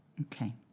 Okay